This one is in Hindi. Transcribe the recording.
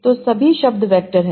तो सभी शब्द वैक्टर हैं